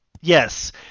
Yes